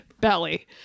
belly